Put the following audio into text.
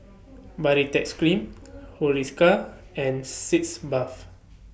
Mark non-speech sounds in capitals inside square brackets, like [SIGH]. [NOISE] Baritex Cream Hiruscar and Sitz Bath